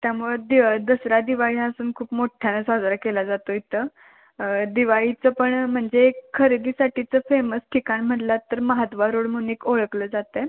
त्यामुळं दिवा दसरा दिवाळी हा सण खूप मोठ्यानं साजरा केला जातो इथं दिवाळीचं पण म्हणजे खरेदीसाठीचं फेमस ठिकाण म्हणलात तर महाद्वा रोड म्हणून एक ओळखलं जातं